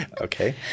okay